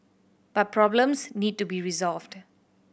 but problems need to be resolved